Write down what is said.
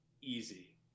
easy